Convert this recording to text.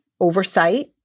oversight